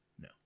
No